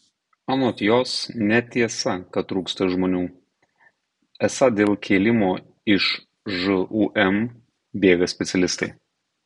anot jos netiesa kad trūksta žmonių esą dėl kėlimo iš žūm bėga specialistai